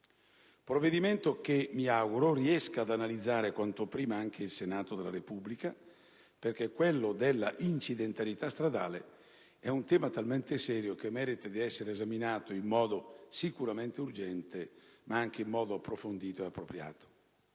provvedimento che mi auguro riesca ad analizzare quanto prima anche il Senato della Repubblica, perché quello della incidentalità stradale è un tema talmente serio che merita di essere esaminato in modo sicuramente urgente, ma anche in modo approfondito e appropriato.